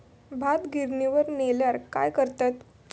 भात गिर्निवर नेल्यार काय करतत?